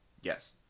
yes